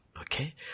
Okay